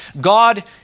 God